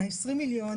ה-20 מיליון,